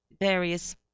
various